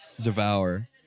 Devour